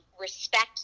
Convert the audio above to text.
respect